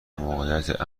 موقعیت